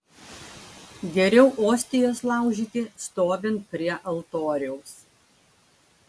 geriau ostijas laužyti stovint prie altoriaus